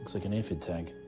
like an aphid tag?